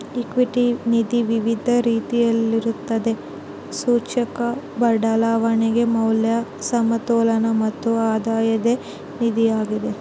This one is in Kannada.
ಈಕ್ವಿಟಿ ನಿಧಿ ವಿವಿಧ ರೀತಿಯಲ್ಲಿರುತ್ತದೆ, ಸೂಚ್ಯಂಕ, ಬೆಳವಣಿಗೆ, ಮೌಲ್ಯ, ಸಮತೋಲನ ಮತ್ತು ಆಧಾಯದ ನಿಧಿಯಾಗಿದೆ